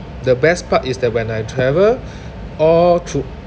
the best part is that when I travel all through